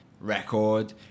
record